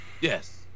yes